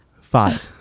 Five